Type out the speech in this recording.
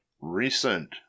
recent